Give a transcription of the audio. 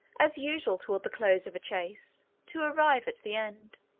as usual toward the close of a chase, to arrive at the end.